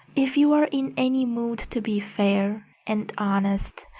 if you were in any mood to be fair and honest,